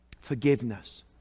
forgiveness